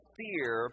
fear